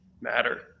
matter